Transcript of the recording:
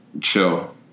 chill